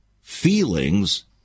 feelings